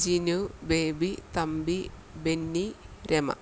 Jinu Baby Thampi Benny Rama